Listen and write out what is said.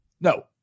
No